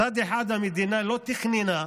מצד אחד, המדינה לא תכננה,